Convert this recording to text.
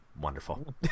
wonderful